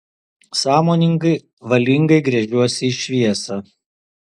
sąmoningai valingai gręžiuosi į šviesą